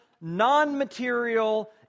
non-material